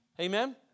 Amen